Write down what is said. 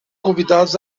convidados